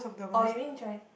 oh you mean Chinese